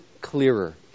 clearer